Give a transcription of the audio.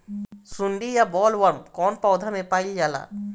सुंडी या बॉलवर्म कौन पौधा में पाइल जाला?